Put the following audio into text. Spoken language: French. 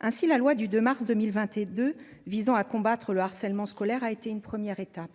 Ainsi la loi du 2 mars 2022, visant à combattre le harcèlement scolaire a été une première étape.